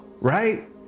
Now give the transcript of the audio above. right